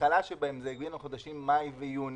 כשההתחלה שבהם זה בגין החודשים מאי ויוני,